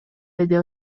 деди